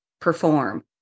perform